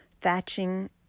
thatching